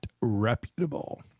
reputable